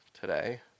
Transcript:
today